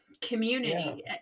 community